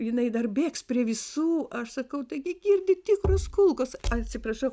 jinai dar bėgs prie visų aš sakau taigi girdi tikros kulkos atsiprašau